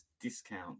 discount